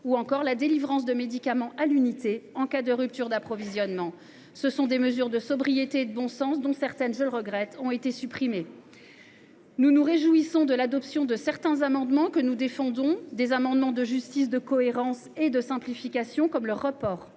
ou encore la délivrance de médicaments à l’unité, en cas de rupture d’approvisionnement. Ce sont des mesures de sobriété et de bon sens, dont certaines, et je le regrette, ont été supprimées. Nous nous réjouissons de l’adoption de certains amendements que nous avons défendus. Il s’agissait d’amendements de justice, de cohérence et de simplification, visant